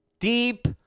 Deep